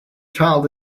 child